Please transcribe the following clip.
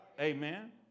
Amen